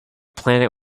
planet